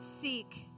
seek